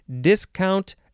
Discount